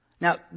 Now